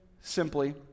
simply